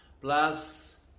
Plus